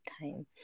time